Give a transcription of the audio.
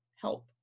help